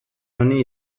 honi